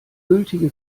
gültige